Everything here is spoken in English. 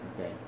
okay